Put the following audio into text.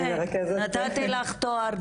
אני מרכזת פורום למען נשים אחרי לידה